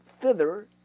thither